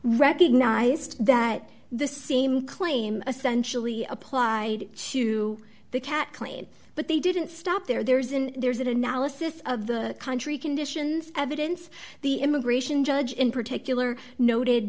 recognized that the same claim essentially applied to the cat claims but they didn't stop there there's an there's an analysis of the country conditions evidence the immigration judge in particular noted